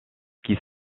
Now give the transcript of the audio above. qui